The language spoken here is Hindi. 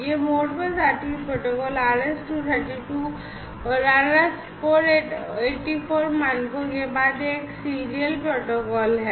यह Modbus RTU प्रोटोकॉल RS 232 और RS 484 मानकों के बाद एक सीरियल प्रोटोकॉल है